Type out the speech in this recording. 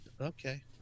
Okay